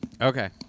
Okay